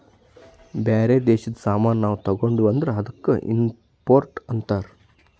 ಬ್ಯಾರೆ ದೇಶದು ಸಾಮಾನ್ ನಾವು ತಗೊಂಡಿವ್ ಅಂದುರ್ ಅದ್ದುಕ ಇಂಪೋರ್ಟ್ ಅಂತಾರ್